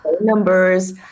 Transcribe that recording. numbers